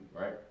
right